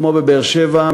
כמו בבאר-שבע,